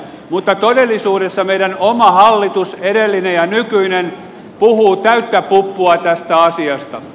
mutta todellisuudessa meidän oma hallitus edellinen ja nykyinen puhuu täyttä puppua tästä asiasta